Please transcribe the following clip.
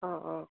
অঁ অঁ